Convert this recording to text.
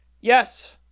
Yes